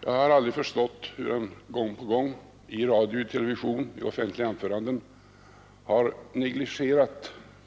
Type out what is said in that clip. Jag har aldrig förstått hur han gång på gång i radio och television i offentliga anföranden har kunnat negligera